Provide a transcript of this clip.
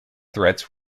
threats